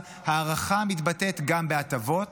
אלא הערכה מתבטאת גם בהטבות,